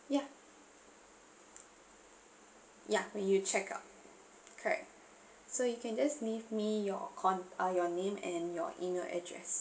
ya ya when you check out correct so you can just leave me your con~ uh your name and your email address